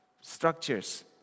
structures